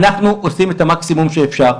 אנחנו עושים את המקסימום שאפשר,